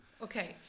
Okay